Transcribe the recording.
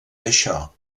això